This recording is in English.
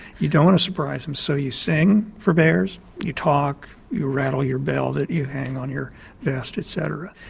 you don't want to surprise them, so you sing for bears, you talk, you rattle your bell that you hang on your vest et cetera.